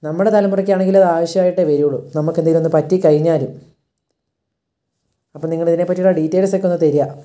നമ്മുടെ തലമുറയ്ക്കാണെങ്കിലും അതാവശ്യമായിട്ടേ വരൂള്ളൂ നമ്മൾക്കെന്തെങ്കിലുമൊന്ന് പറ്റിക്കഴിഞ്ഞാലും അപ്പം നിങ്ങളിതിനെപ്പറ്റിയുള്ള ഡീറ്റെയിൽസൊക്കെ ഒന്ന് തരിക